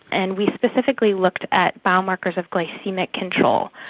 and we specifically looked at biomarkers of glycaemic control,